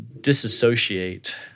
disassociate